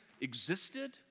existed